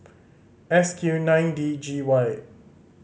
S Q nine D G Y